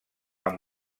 amb